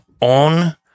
on